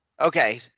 okay